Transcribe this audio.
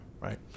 right